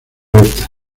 berta